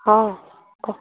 ହଁ